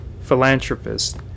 philanthropist